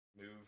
move